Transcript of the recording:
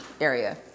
area